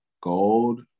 gold